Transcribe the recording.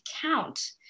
count